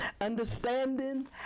understanding